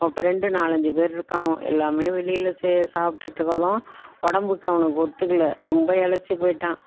அவன் பிரெண்டு நாலஞ்சு பேர் இருக்கானுவோ எல்லாமே வெளியில் சே சாப்பிட்டுட்டுகளும் உடம்புக்கு அவனுக்கு ஒத்துக்கலை ரொம்ப இளைச்சிப் போய்விட்டான்